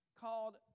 called